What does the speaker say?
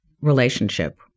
relationship